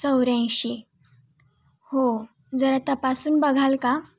चौऱ्याऐंशी हो जरा तपासून बघाल का